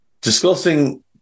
Discussing